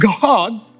God